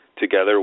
together